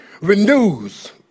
renews